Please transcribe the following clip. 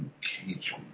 Cage